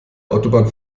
autobahn